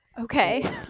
okay